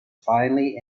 finally